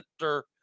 Center